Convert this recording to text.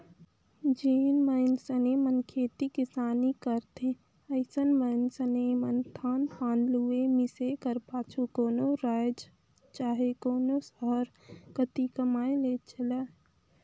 जेन मइनसे मन खेती किसानी करथे अइसन मइनसे मन धान पान लुए, मिसे कर पाछू कोनो राएज चहे कोनो सहर कती कमाए ले चइल देथे